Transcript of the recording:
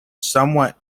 somewhat